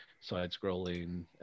side-scrolling